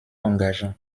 engageant